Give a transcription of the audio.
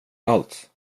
allt